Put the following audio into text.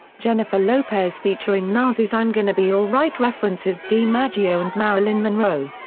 jennifer lopez' featuring nas's i'm gonna be alright references dimaggio and marylin monroe.